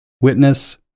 witness